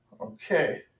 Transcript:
Okay